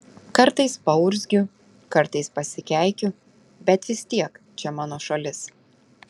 kartais paurzgiu kartais pasikeikiu bet vis tiek čia mano šalis